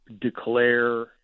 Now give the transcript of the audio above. declare